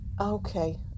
Okay